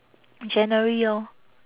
january lor